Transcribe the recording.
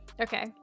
Okay